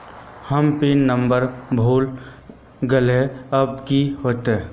हम PIN number भूल गलिऐ अब की होते?